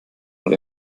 mal